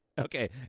Okay